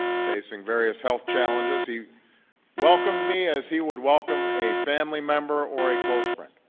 facing various health challenges, he welcomed me as he would welcome a family member or a close friend.